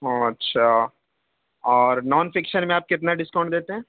اچھا اور non fiction میں آپ کتنا ڈسکاؤنٹ دیتے ہیں